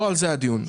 לא על זה הדיון כעת.